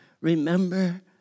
remember